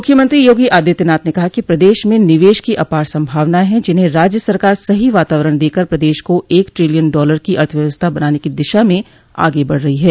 मुख्यमंत्री योगी आदित्यनाथ ने कहा कि प्रदेश में निवेश की अपार संभावनाएं है जिन्हें राज्य सरकार सही वातावरण देकर प्रदेश को एक टिलियन डॉलर की अर्थव्यवस्था बनाने की दिशा में आगे बढ़ रही हैं